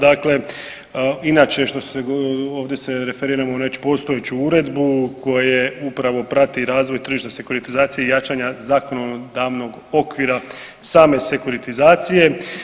Dakle, inače što se, ovdje se referiramo znači postojeću uredbu koje upravo prati razvoj tržišta sekuratizacije i jačanja zakonodavnog okvira same sekuratizacije.